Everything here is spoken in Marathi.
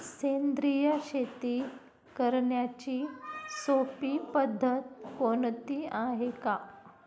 सेंद्रिय शेती करण्याची सोपी पद्धत कोणती आहे का?